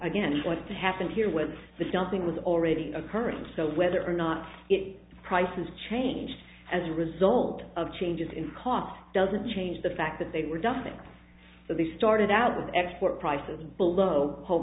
again what happened here with the dumping was already occurring so whether or not it prices changed as a result of changes in cost doesn't change the fact that they were dumping so they started out with export prices below ho